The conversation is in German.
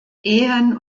ehen